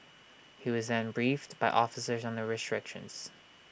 he was then briefed by officers on the restrictions